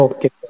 Okay